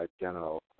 general